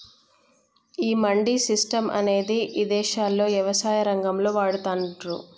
ఈ మండీ సిస్టం అనేది ఇదేశాల్లో యవసాయ రంగంలో వాడతాన్రు